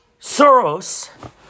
Soros